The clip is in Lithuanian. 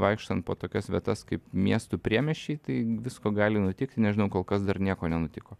vaikštant po tokias vietas kaip miestų priemiesčiai tai visko gali nutikti nežinau kol kas dar nieko nenutiko